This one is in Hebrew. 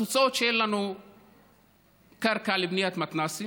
התוצאות, שאין לנו קרקע לבניית מתנ"סים,